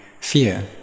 fear